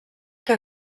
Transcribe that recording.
que